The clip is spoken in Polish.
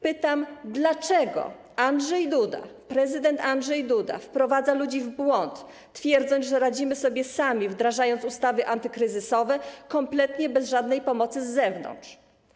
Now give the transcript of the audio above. Pytam, dlaczego Andrzej Duda, prezydent Andrzej Duda wprowadza ludzi w błąd, twierdząc, że radzimy sobie sami, wdrażając ustawy antykryzysowe kompletnie bez żadnej pomocy z zewnątrz.